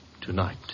tonight